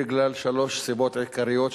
בגלל שלוש סיבות עיקריות,